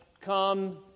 come